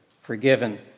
forgiven